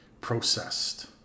processed